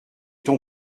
ton